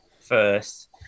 first